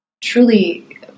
truly